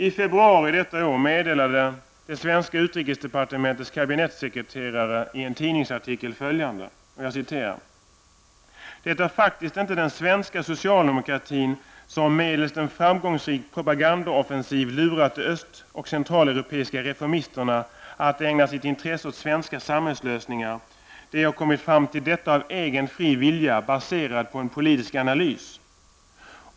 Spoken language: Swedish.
I februari detta år meddelade det svenska utrikesdepartementets kabinettssekreterare i en tidningsartikel följande: ''Det är faktiskt inte den svenska socialdemokratin som medelst en framgångsrik propagandaoffensiv lurat de öst och centraleuropeiska reformisterna att ägna sitt intresse åt svenska samhällslösningar, de har kommit fram till detta av egen fri vilja, baserad på en politisk analys.''